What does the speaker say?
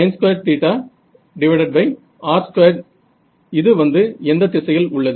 sin2r2 இது வந்து எந்த திசையில் உள்ளது